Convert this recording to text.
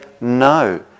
no